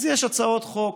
אז יש הצעות חוק,